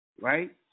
Right